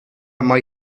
mae